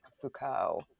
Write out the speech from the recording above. Foucault